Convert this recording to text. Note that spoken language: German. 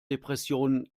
depressionen